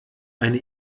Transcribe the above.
eine